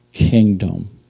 kingdom